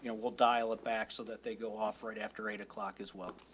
and we'll dial it back so that they go off right after eight o'clock as well.